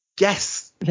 Yes